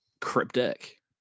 cryptic